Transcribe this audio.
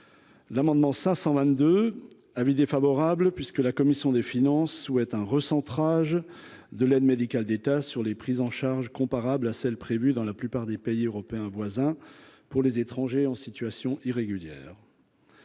l'amendement 522 avis défavorable puisque la commission des finances souhaitent un recentrage de l'aide médicale d'État sur les prises en charge comparables à celles prévues dans la plupart des pays européens voisins pour les étrangers en situation irrégulière.